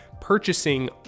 purchasing